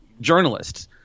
journalists